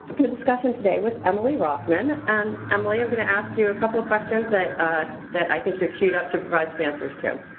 the discussion today with emily rothman. and emily, i'm going to ask you a couple of questions that ah that i think you're queued up to provide answers to.